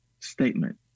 Statement